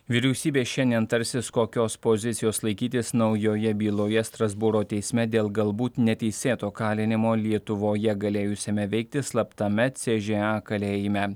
vyriausybė šiandien tarsis kokios pozicijos laikytis naujoje byloje strasbūro teisme dėl galbūt neteisėto kalinimo lietuvoje galėjusiame veikti slaptame cė žė a kalėjime